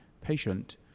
patient